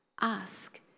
ask